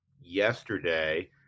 yesterday